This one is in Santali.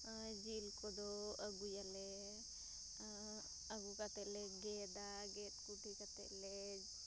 ᱡᱤᱞ ᱠᱚᱫᱚ ᱟᱜᱩᱭᱟᱞᱮ ᱟᱨ ᱟᱹᱜᱩ ᱠᱟᱛᱮ ᱞᱮ ᱜᱮᱫᱟ ᱜᱮᱫ ᱠᱩᱴᱤ ᱠᱟᱛᱮ ᱞᱮ